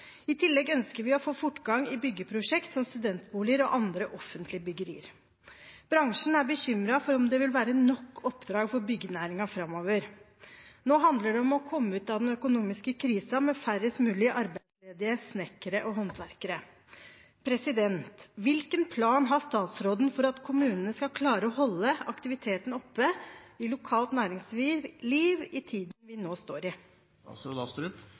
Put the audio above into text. I tillegg ønsker vi å få fortgang i byggeprosjekter som studentboliger og andre offentlige bygninger. Bransjen er bekymret for om det vil være nok oppdrag for byggenæringen framover. Nå handler det om å komme ut av den økonomiske krisen med færrest mulig arbeidsledige snekkere og håndverkere. Hvilken plan har statsråden for at kommunene skal klare å holde aktiviteten oppe i lokalt næringsliv i tiden vi nå står